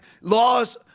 laws